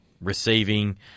receiving